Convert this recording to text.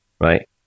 right